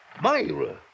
Myra